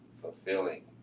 fulfilling